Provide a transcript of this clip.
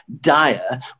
dire